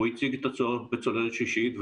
הוא הציג את הצוללת השישית,